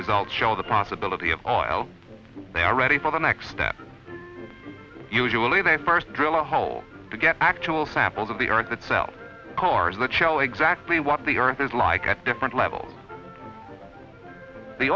results show the possibility of oil they are ready for the next step and usually they first drill a hole to get actual samples of the earth itself cars that shall exactly what the earth is like at different levels the